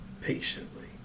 patiently